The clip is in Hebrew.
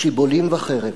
שיבולים וחרב.